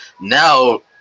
now –